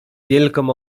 wielką